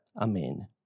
Amen